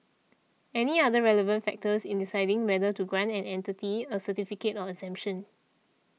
any other relevant factors in deciding whether to grant an entity a certificate of exemption